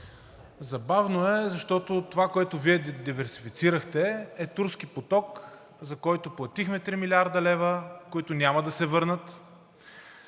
Забавното е, защото това, което Вие диверсифицирахте, е Турски поток, за който платихме 3 млрд. лв., които няма да се върнат.